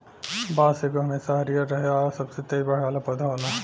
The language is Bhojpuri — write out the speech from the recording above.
बांस एगो हमेशा हरियर रहे आ सबसे तेज बढ़े वाला पौधा होला